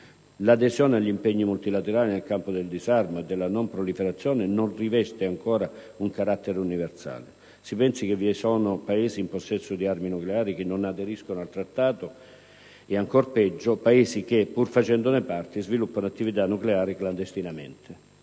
L'adesione agli impegni multilaterali nel campo del disarmo e della non proliferazione non riveste ancora un carattere universale. Si pensi che vi sono Paesi in possesso di armi nucleari che non aderiscono al Trattato e, ancor peggio, Paesi che, pur facendone parte, sviluppano attività nucleari clandestinamente.